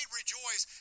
rejoice